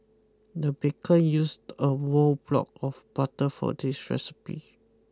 the baker used a war block of butter for this recipe